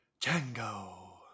Django